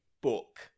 book